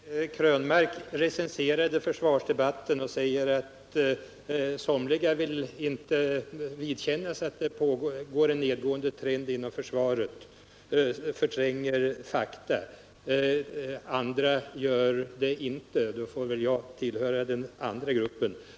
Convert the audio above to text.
Herr talman! Eric Krönmark recenserade försvarsdebatten och påstår att somliga förtränger fakta och inte vill vidkännas att det är en nedgående trend inom försvaret. Andra gör det således inte, och då får väl jag räknas till den gruppen.